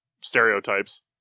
stereotypes